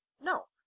No